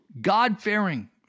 God-fearing